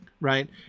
right